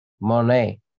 Monet